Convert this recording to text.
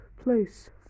place